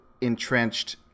entrenched